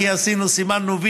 כי סימנו "וי",